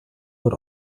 wird